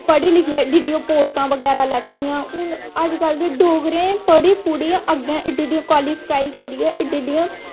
पढ़ी लिखियै एह्ड्डी एह्ड्डी पोस्टां बगैरा लैती दियां हून अजकल्ल दे डोगरें पढ़ी पुढ़िया अग्गें अग्गें एह्ड़ी एह्डी क्वालीफाई करियै एह्ड्डी एह्ड्डियां